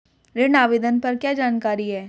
ऋण आवेदन पर क्या जानकारी है?